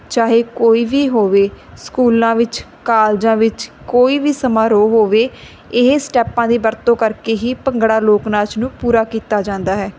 ਚਾਹੇ ਕੋਈ ਵੀ ਹੋਵੇ ਸਕੂਲਾਂ ਵਿੱਚ ਕਾਲਜਾਂ ਵਿੱਚ ਕੋਈ ਵੀ ਸਮਾਰੋਹ ਹੋਵੇ ਇਹ ਸਟੈਪਾਂ ਦੀ ਵਰਤੋਂ ਕਰਕੇ ਹੀ ਭੰਗੜਾ ਲੋਕ ਨਾਚ ਨੂੰ ਪੂਰਾ ਕੀਤਾ ਜਾਂਦਾ ਹੈ